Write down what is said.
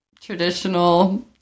traditional